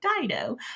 Dido